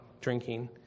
drinking